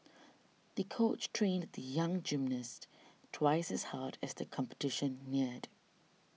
the coach trained the young gymnast twice as hard as the competition neared